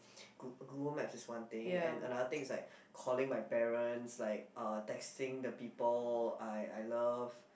google maps is one thing and another thing is like calling my parents like uh texting the people I I love